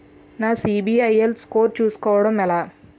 నా CIBIL score చుస్కోవడం ఎలా?